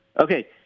Okay